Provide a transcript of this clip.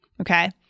okay